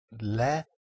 Le